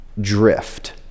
drift